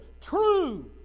true